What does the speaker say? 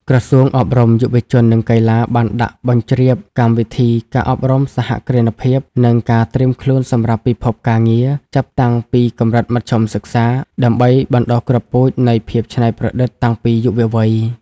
ក្រសួងអប់រំ យុវជន និងកីឡា បានដាក់បញ្ជ្រាបកម្មវិធី "ការអប់រំសហគ្រិនភាព និងការត្រៀមខ្លួនសម្រាប់ពិភពការងារ" ចាប់តាំងពីកម្រិតមធ្យមសិក្សា ដើម្បីបណ្ដុះគ្រាប់ពូជនៃភាពច្នៃប្រឌិតតាំងពីយុវវ័យ។